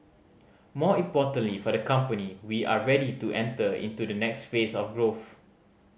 more importantly for the company we are ready to enter into the next phase of growth